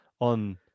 on